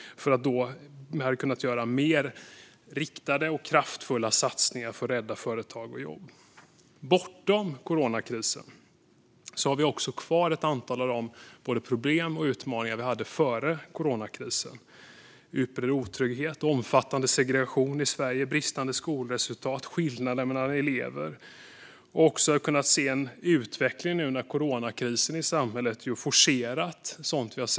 Då hade man kunnat göra mer riktade och kraftfulla satsningar för att rädda företag och jobb. Bortom coronakrisen har Sverige kvar ett antal av de problem och utmaningar vi hade före coronakrisen: utbredd otrygghet, omfattande segregation, bristande skolresultat och skillnader mellan elever. Coronakrisen har också forcerat den utveckling vi kunde se tidigare.